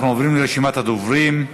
אנחנו עוברים לרשימת הדוברים.